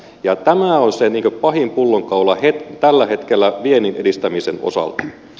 ja tämä on se pahin pullonkaula tällä hetkellä vienninedistämisen osalta